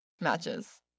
matches